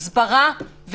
הסברה,